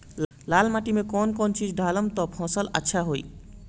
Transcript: लाल माटी मे कौन चिज ढालाम त फासल अच्छा होई?